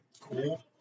Cool